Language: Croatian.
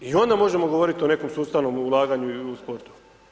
I onda možemo govoriti o nekom sustavnom ulaganju u sportu.